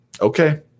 okay